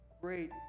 great